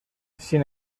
sin